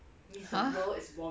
!huh!